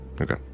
Okay